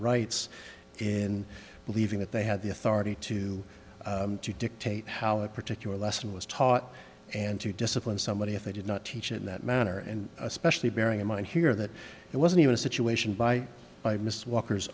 rights in believing that they had the authority to dictate how a particular lesson was taught and to discipline somebody if they did not teach it in that manner and especially bearing in mind here that it wasn't even a situation by by miss walker